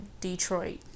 detroit